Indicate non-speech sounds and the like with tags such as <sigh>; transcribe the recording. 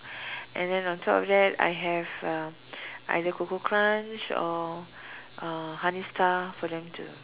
<breath> and then on top of that I have uh either Koko-Krunch or uh honey star for them to